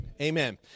amen